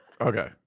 Okay